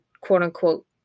quote-unquote